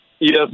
Yes